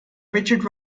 richard